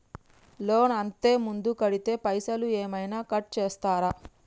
Loan అత్తే ముందే కడితే పైసలు ఏమైనా కట్ చేస్తరా?